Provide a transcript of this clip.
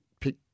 pick